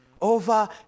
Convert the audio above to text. Over